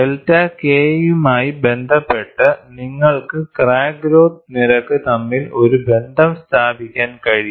delta K യുമായി ബന്ധപ്പെട്ട് നിങ്ങൾക്ക് ക്രാക്ക് ഗ്രോത്ത് നിരക്ക് തമ്മിൽ ഒരു ബന്ധം സ്ഥാപിക്കാൻ കഴിയും